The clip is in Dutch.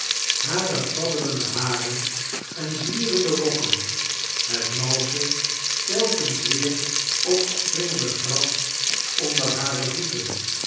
hare fladderende haren en zwierende rokken het malsche telkens weer opspringende gras onder hare voeten